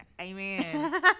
Amen